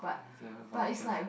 the vouchers